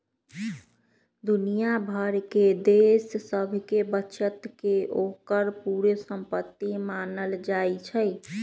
दुनिया भर के देश सभके बचत के ओकर पूरे संपति मानल जाइ छइ